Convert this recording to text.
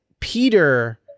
Peter